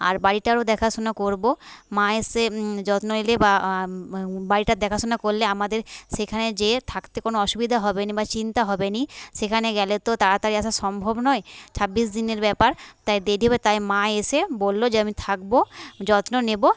আর বাড়িটারও দেখাশুনো করবো মা এসে যত্ন নিলে বা বাড়িটার দেখাশোনা করলে আমাদের সেখানে যেয়ে থাকতে কোনো অসুবিধা হবে না বা চিন্তা হবে না সেখানে গেলে তো তাড়াতাড়ি আসা সম্ভব নয় ছাব্বিশ দিনের ব্যাপার তাই দেরি হবে তাই মা এসে বললো যে আমি থাকবো যত্ন নেবো